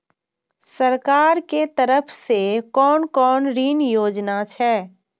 सरकार के तरफ से कोन कोन ऋण योजना छै?